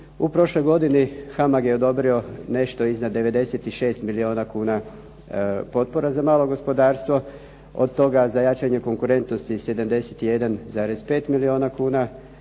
U prošloj godini HAMAG je odobrio nešto iznad 96 milijuna kuna potpora za malo gospodarstvo, od toga za jačanje konkurentnosti 71,5 milijuna kuna,